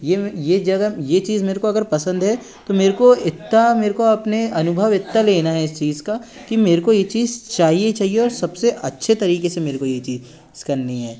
ये मैं ये जगह ये चीज मेरे को अगर पसन्द है तो मेरे को इतना मेरे को अपने अनुभव इतना लेना है इस चीज का की मेरे को ये चीज चाहिए ही चाहिए और सबसे अच्छे तरीके से मेरे को ये चीज करनी है